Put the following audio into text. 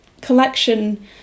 collection